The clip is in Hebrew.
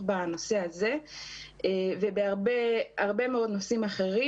בנושא הזה ובהרבה מאוד נושאים אחרים.